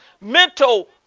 mental